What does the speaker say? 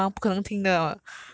okay ya ya ya that's true